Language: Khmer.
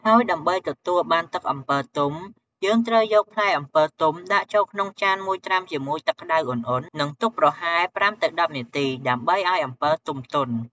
ហើយដើម្បីទទួលបានទឹកអំពិលទុំ យើងត្រូវយកផ្លែអំពិលទុំដាក់ចូលក្នុងចានមួយត្រាំជាមួយទឹកក្ដៅឧណ្ហៗ និងទុកប្រហែល ៥ទៅ១០ នាទី ដើម្បីឱ្យអំពិលទុំទន់។